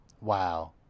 Wow